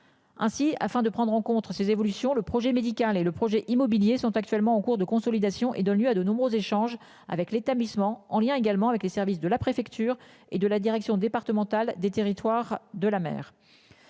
Ainsi, afin de prendre en contres ces évolutions, le projet médical et le projet immobilier sont actuellement en cours de consolidation et de lieu à de nombreux échanges avec l'établissement en lien également avec les services de la préfecture et de la direction départementale des territoires de la mer.